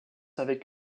avec